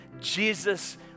Jesus